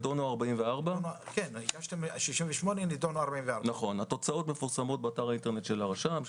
נדונו 44. התוצאות מפורסמות באתר האינטרנט של הרשם,